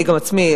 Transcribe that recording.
אני עצמי,